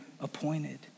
appointed